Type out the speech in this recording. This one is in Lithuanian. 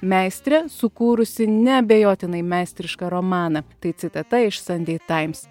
meistrė sukūrusi neabejotinai meistrišką romaną tai citata iš sandei taims